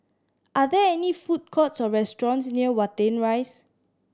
are there any food courts or restaurants near Watten Rise